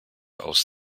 aus